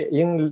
yung